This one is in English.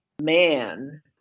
man